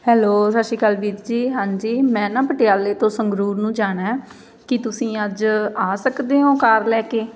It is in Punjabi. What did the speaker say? ਹੈਲੋ ਸਤਿ ਸ਼੍ਰੀ ਅਕਾਲ ਵੀਰ ਜੀ ਹਾਂਜੀ ਮੈਂ ਨਾ ਪਟਿਆਲੇ ਤੋਂ ਸੰਗਰੂਰ ਨੂੰ ਜਾਣਾ ਕੀ ਤੁਸੀਂ ਅੱਜ ਆ ਸਕਦੇ ਹੋ ਕਾਰ ਲੈ ਕੇ